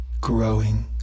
growing